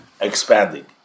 expanding